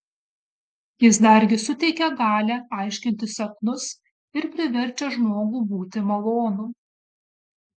jis dargi suteikia galią aiškinti sapnus ir priverčia žmogų būti malonų